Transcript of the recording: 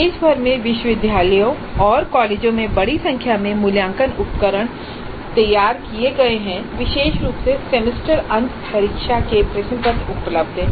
देश भर में विश्वविद्यालयों और कॉलेजों में बड़ी संख्या में मूल्यांकन उपकरण तैयार किए गए हैं विशेष रूप से सेमेस्टर अंत परीक्षा के प्रश्नपत्र उपलब्ध हैं